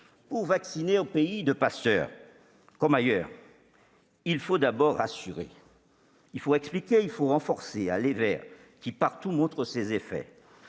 Pour vacciner, au pays de Pasteur comme ailleurs, il faut d'abord rassurer. Il faut expliquer, et renforcer « l'aller vers » qui partout montre ses effets.